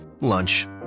Lunch